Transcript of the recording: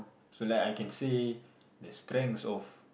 so like I can say the strengths of